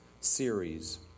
series